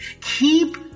Keep